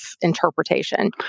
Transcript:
interpretation